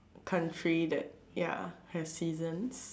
country that ya have seasons